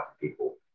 people